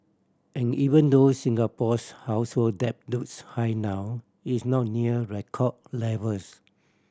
and even though Singapore's household debt looks high now it's not near record levels